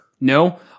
no